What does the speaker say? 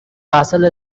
castle